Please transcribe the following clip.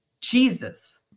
Jesus